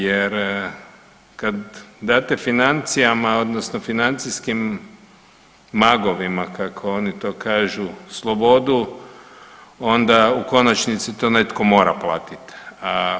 Jer kad date financijama, odnosno financijskim magovima kako oni to kažu slobodu, onda u konačnici to netko mora platiti.